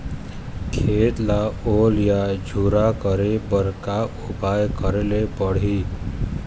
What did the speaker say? खेत ला ओल या झुरा करे बर का उपाय करेला पड़ही?